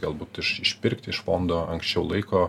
galbūt iš išpirkti iš fondo anksčiau laiko